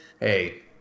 Hey